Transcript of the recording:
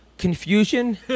confusion